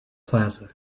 plaza